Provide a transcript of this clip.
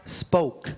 spoke